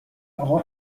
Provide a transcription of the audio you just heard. آقا